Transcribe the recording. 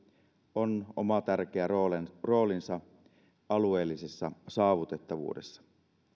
on oma tärkeä roolinsa roolinsa alueellisessa saavutettavuudessa